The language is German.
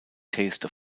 taste